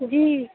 جی